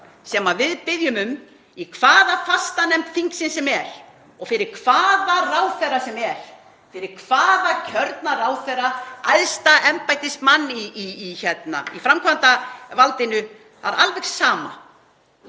sem við biðjum um í hvaða fastanefnd þingsins sem er og fyrir hvaða ráðherra sem er, fyrir hvaða kjörna ráðherra sem er, æðsta embættismann í framkvæmdarvaldinu, það er alveg sama,